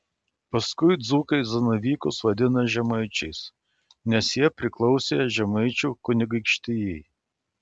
paskui dzūkai zanavykus vadina žemaičiais nes jie priklausė žemaičių kunigaikštijai